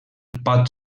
pot